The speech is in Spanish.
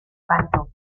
canto